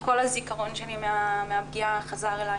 כל הזכרון שלי מהפגיעה חזר אליי.